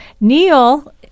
Neil